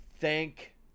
Thank